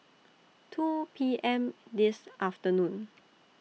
two P M This afternoon